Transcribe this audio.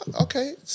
Okay